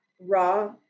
raw